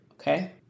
okay